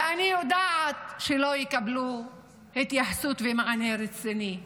ואני יודעת שלא יקבלו התייחסות ומענה רציני,